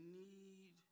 need